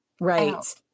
Right